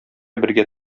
бергә